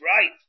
right